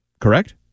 Correct